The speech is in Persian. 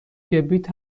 کبریت